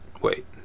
wait